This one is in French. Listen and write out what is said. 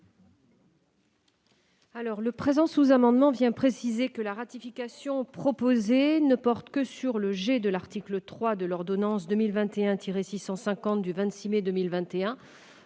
Ce sous-amendement vise à préciser que la ratification proposée ne porte que sur le de l'article 3 de l'ordonnance n° 2021-650 du 26 mai 2021